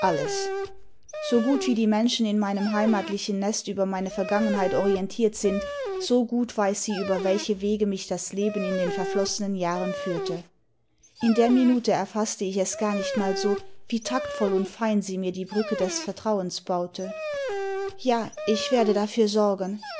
alles so gt wie die menschen in meinem heimatlichen nest über meine vergangenheit orientiert sind so gut weiß sie über welche wege mich das leben in den verflossenen jahren führte in der minute erfaßte ich es gar nicht mal so wie taktvoll und fein sie mir die brücke des vertrauens baute ja ich werde dafür sorgen